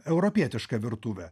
europietišką virtuvę